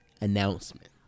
announcement